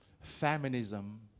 feminism